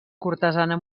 cortesana